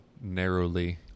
narrowly